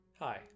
Hi